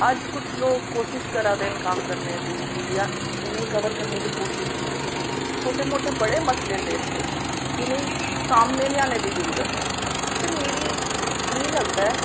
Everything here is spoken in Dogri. अज्ज कुछ लोक कोशिश करादे न कम्म करने दी उनेंगी कबर करने दी कोशिश नीं करादा छोटे मोटे ते बड़े न मसले न देश दे जिनेंगी सामने लेआने दी जरूरत ऐ ते मेरी मिगी लगदा ऐ